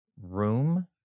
Room